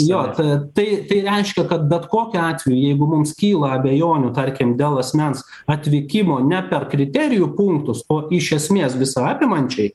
jo ta tai tai reiškia kad bet kokiu atveju jeigu mums kyla abejonių tarkim dėl asmens atvykimo ne per kriterijų punktus o iš esmės visa apimančiai